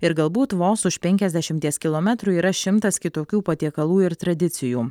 ir galbūt vos už penkiasdešimties kilometrų yra šimtas kitokių patiekalų ir tradicijų